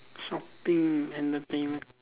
shopping entertainment